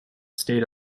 stayed